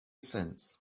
sense